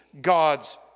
God's